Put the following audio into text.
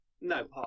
No